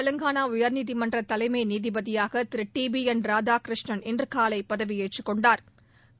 தெலங்கானா உயர்நீதிமன்ற தலைமை நீதிபதியாக Thiru T B N Radhakrishnan இன்று காலை பதவியேற்றுக் கொண்டாா்